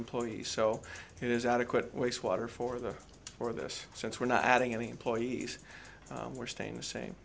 employees so it is adequate wastewater for the for this since we're not adding any employees we're staying the same